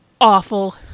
awful